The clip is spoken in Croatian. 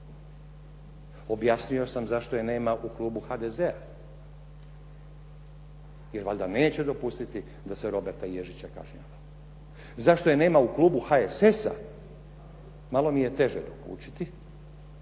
Objasnio sam zašto je nema u klubu HDZ-a. Jer valjda neće dopustiti da se Roberta Ježića kažnjava. Zašto je nema u klubu HSS-a malo mi je teže dokučiti